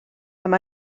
haben